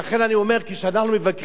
ולכן, אני אומר כשאנחנו מבקרים את עצמנו,